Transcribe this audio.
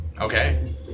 Okay